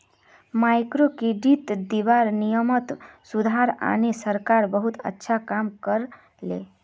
microcredit दीबार नियमत सुधार आने सरकार बहुत अच्छा काम कर ले